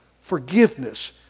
forgiveness